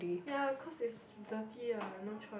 ya cause it's dirty ah no choice